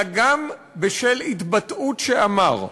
אלא גם בשל התבטאות שאמר.